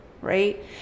right